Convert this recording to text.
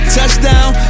Touchdown